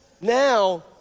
now